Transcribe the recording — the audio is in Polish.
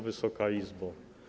Wysoka Izbo!